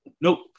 Nope